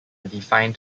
defined